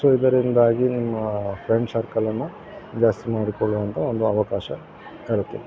so ಇದರಿಂದಾಗಿ ನಿಮ್ಮ friend ಸರ್ಕಲನ್ನ ಜಾಸ್ತಿ ಮಾಡಿಕೊಳ್ಳುವಂಥ ಒಂದು ಅವಕಾಶ ತರುತ್ತೆ